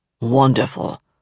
Wonderful